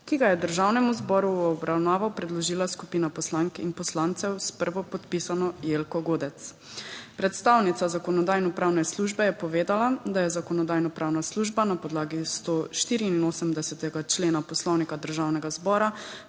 ki ga je Državnemu zboru v obravnavo predložila skupina poslank in poslancev s prvopodpisano Jelko Godec. Predstavnica Zakonodajnopravne službe je povedala, da je Zakonodajno-pravna služba na podlagi 184. člena Poslovnika Državnega zbora